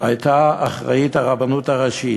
הייתה אחראית הרבנות הראשית.